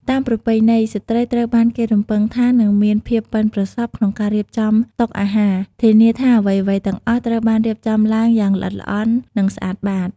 តាមប្រពៃណី ស្ត្រីត្រូវបានគេរំពឹងថានឹងមានភាពប៉ិនប្រសប់ក្នុងការរៀបចំតុអាហារ ធានាថាអ្វីៗទាំងអស់ត្រូវបានរៀបចំឡើងយ៉ាងល្អិតល្អន់ និងស្អាតបាត។